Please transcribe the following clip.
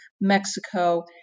Mexico